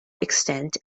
extent